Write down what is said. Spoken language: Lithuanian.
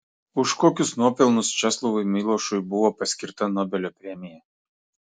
už kokius nuopelnus česlovui milošui buvo paskirta nobelio premija